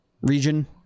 region